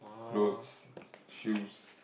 clothes shoes